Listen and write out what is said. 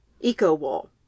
eco-wool